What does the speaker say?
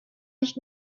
nicht